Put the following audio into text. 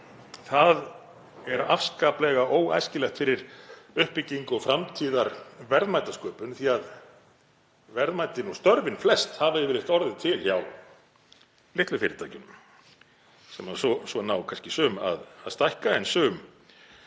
það er afskaplega óæskilegt fyrir uppbyggingu og framtíðarverðmætasköpun, því að verðmætin og störfin flest hafa yfirleitt orðið til hjá litlu fyrirtækjunum. Svo ná kannski sum að stækka en sum